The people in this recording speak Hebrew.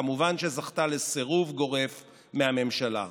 וכמובן שזכתה לסירוב גורף מהממשלה.